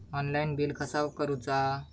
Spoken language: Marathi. ऑनलाइन बिल कसा करुचा?